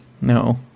No